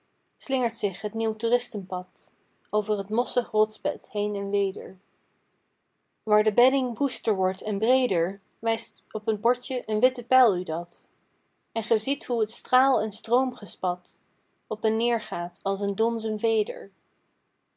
slingert zich het nieuw toeristenpad over t mossig rotsbed heen en weder waar de bedding woester wordt en breeder wijst op t bordje een witte pijl u dat en ge ziet hoe t straal en stroomgespat op en neer gaat als een donzen veder